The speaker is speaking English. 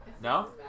No